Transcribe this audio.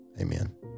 Amen